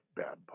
bad